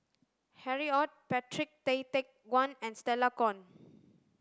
Harry Ord Patrick Tay Teck Guan and Stella Kon